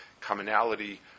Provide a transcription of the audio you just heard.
commonality